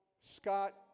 Scott